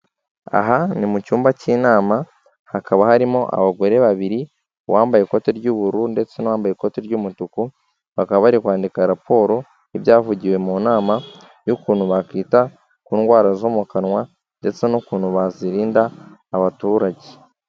Aha ni mu cyumba cy'inama, hakaba harimo abagore babiri uwambaye ikote ry'ubururu ndetse n'uwambaye ikote ry'umutuku. Bakaba bari kwandika raporo y'ibyavugiwe mu nama y'ukuntu bakwita ku ndwara zo mu kanwa, ndetse n'ukuntu bazirinda abaturage.